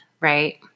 Right